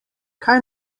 kaj